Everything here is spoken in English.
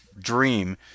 dream